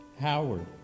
Howard